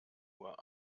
uhr